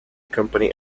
company